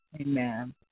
Amen